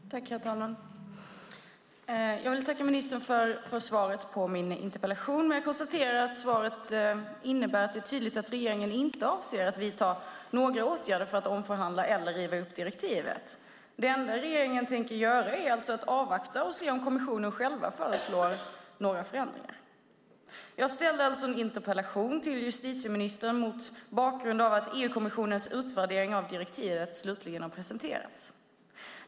Herr talman! Jag vill tacka ministern för svaret på min interpellation. Jag konstaterar att svaret innebär att det är tydligt att regeringen inte avser att vidta några åtgärder för att omförhandla eller riva upp direktivet. Det enda regeringen tänker göra är att avvakta och se om kommissionen själv föreslår några förändringar. Jag ställde alltså en interpellation till justitieministern mot bakgrund av att EU-kommissionens utvärdering av direktivet slutligen har presenterats.